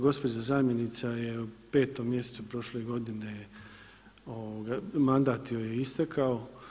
Gospođa zamjenica je u petom mjesecu prošle godine mandat joj je istekao.